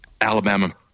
Alabama